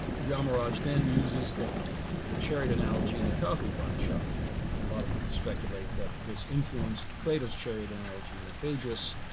yamaraj then uses the chariot analogy in the katha upanishad. and a lot of people speculate that this influenced plato's chariot analogy in the phaedrus.